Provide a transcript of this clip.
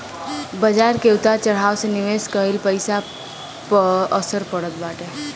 बाजार के उतार चढ़ाव से निवेश कईल पईसा पअ असर पड़त बाटे